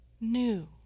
new